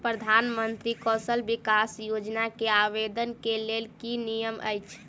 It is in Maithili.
प्रधानमंत्री कौशल विकास योजना केँ आवेदन केँ लेल की नियम अछि?